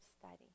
study